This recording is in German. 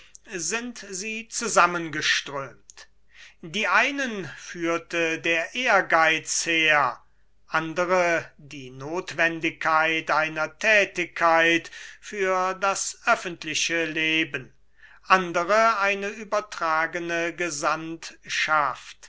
sind sie zusammengeströmt die einen führte der ehrgeiz her andere die nothwendigkeit einer thätigkeit für das öffentliche leben andere eine übertragene